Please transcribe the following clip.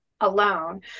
alone